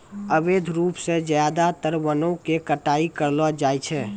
अवैध रूप सॅ ज्यादातर वनों के कटाई करलो जाय छै